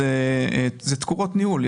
אלה תקורות ניהול.